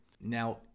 now